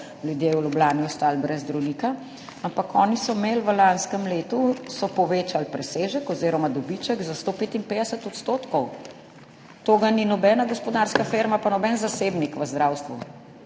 ljudje v Ljubljani ostali brez zdravnika. Ampak oni so imeli, v lanskem letu so povečali presežek oziroma dobiček za 155 %! To ga ni nobena gospodarska firma pa noben zasebnik v zdravstvu.